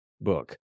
book